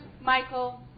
Michael